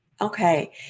Okay